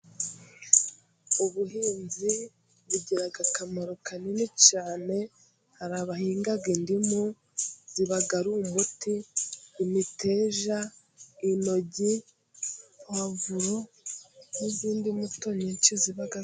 Ubuhinzi bugira akamaro kanini cyane, hari abahinga indimu ziba ari umuti, imiteja intoryi, pwavuro n'izindi mbuto nyinshi ziba...